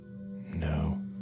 no